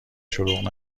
شلوغ